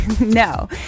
no